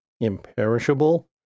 imperishable